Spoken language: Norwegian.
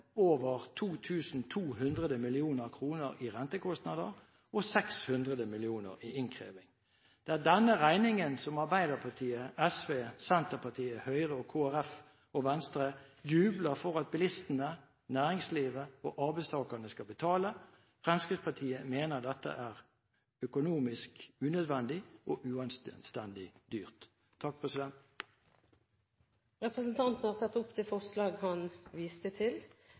over 2 200 mill. kr i rentekostnader og 600 mill. kr i innkreving. Det er denne regningen som Arbeiderpartiet, SV, Senterpartiet, Høyre, Kristelig Folkeparti og Venstre jubler for at bilistene, næringslivet og arbeidstakerne skal betale. Fremskrittspartiet mener dette er økonomisk unødvendig og uanstendig dyrt. Representanten Arne Sortevik har tatt opp det forslaget han viste til.